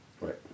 right